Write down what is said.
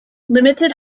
limited